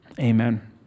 Amen